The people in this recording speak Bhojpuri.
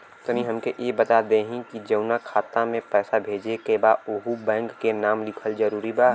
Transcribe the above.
तनि हमके ई बता देही की जऊना खाता मे पैसा भेजे के बा ओहुँ बैंक के नाम लिखल जरूरी बा?